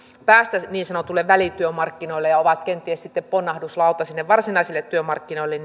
päästä niin sanotuille välityömarkkinoille ja ovat kenties sitten ponnahduslauta varsinaisille työmarkkinoille